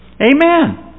Amen